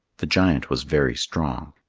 the giant was very strong.